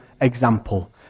example